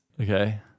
Okay